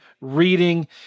reading